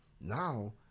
now